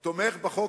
תומך בחוק